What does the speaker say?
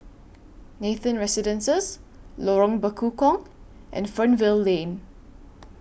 Nathan Residences Lorong Bekukong and Fernvale Lane